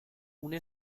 una